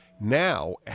Now